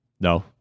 No